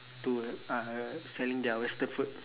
to uh selling their western food